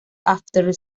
after